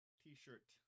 t-shirt